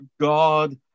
God